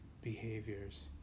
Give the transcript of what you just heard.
behaviors